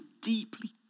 deeply